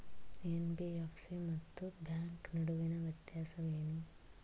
NBFC ಮತ್ತು bank ನಡುವಿನ ವ್ಯತ್ಯಾಸವೇನು?